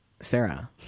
Sarah